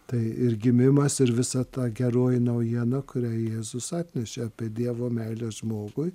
tai ir gimimas ir visa ta geroji naujiena kurią jėzus atnešė apie dievo meilę žmogui